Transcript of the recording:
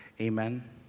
Amen